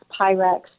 Pyrex